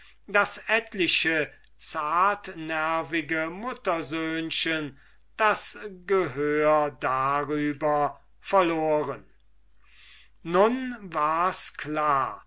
daß etliche zartnervichte muttersöhnchen das gehör darüber verloren nun war's klar